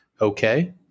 okay